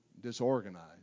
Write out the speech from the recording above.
disorganized